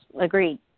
agreed